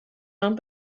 mewn